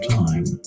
time